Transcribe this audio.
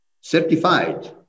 certified